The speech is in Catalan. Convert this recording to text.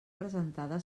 presentada